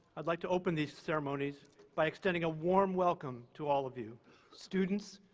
i'd like to open these ceremonies by extending a warm welcome to all of you students,